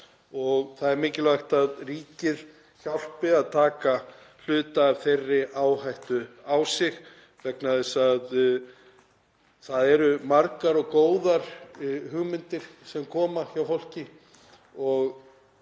Það er mikilvægt að ríkið hjálpi til við að taka hluta af þeirri áhættu á sig vegna þess að það eru margar góðar hugmyndir sem koma upp hjá fólki